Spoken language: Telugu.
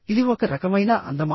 ఇది ఒక రకమైన అందమా